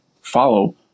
follow